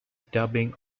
dubbing